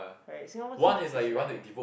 right Singapore kids it's like